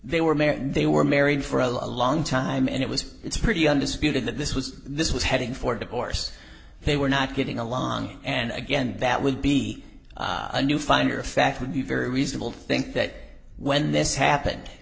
and they were married for a long time and it was it's pretty undisputed that this was this was heading for divorce they were not getting along and again bat would be a new finder of fact would be very reasonable to think that when this happened